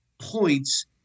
points